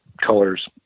colors